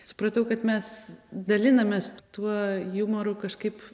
supratau kad mes dalinamės tuo jumoru kažkaip